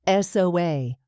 SOA